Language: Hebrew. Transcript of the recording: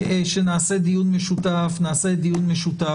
שנעשה דיון משותף, נעשה דיון משותף.